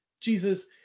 Jesus